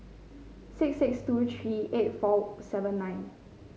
six six two three eight four seven nine